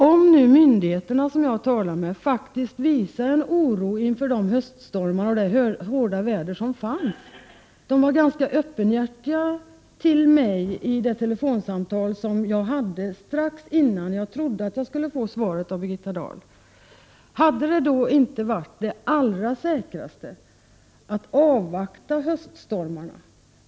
Om nu myndigheterna, som var ganska öppenhjärtiga mot mig vid det telefonsamtal som jag hade med dem strax före det tillfälle då jag trodde att jag skulle få svar av Birgitta Dahl, faktiskt visade oro inför de höststormar och det hårda väder som rådde, hade då inte det säkraste varit att avvakta höststormarna?